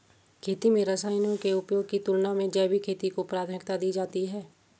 खेती में रसायनों के उपयोग की तुलना में जैविक खेती को प्राथमिकता दी जाती है